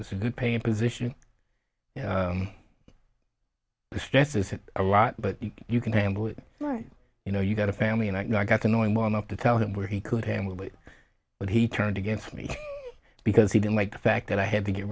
good paying position the stress is a lot but you can handle it right you know you got a family and i got to know him well enough to tell him where he could handle it but he turned against me because he didn't like the fact that i had to get